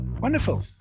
Wonderful